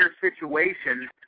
situation